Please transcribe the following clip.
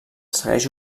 segueix